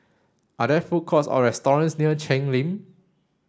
are there food courts or restaurants near Cheng Lim